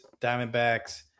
Diamondbacks